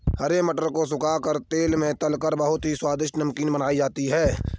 हरे मटर को सुखा कर तेल में तलकर बहुत ही स्वादिष्ट नमकीन बनाई जाती है